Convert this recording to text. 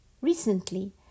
Recently